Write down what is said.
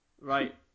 right